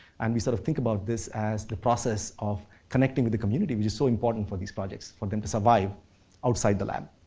and we sort of think about this as the process of connecting with the community, which is so important for these projects, for them to survive outside the lab,